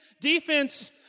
defense